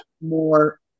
more